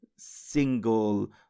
single